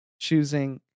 choosing